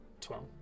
Twelve